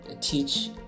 teach